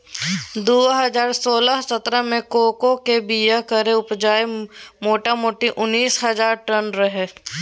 दु हजार सोलह सतरह मे कोकोक बीया केर उपजा मोटामोटी उन्नैस हजार टन रहय